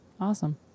Awesome